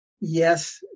yes